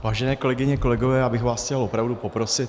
Vážené kolegyně, kolegové, já bych vás chtěl opravdu poprosit.